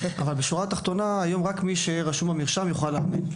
רק מי שרשום במרשם יכול לאמן.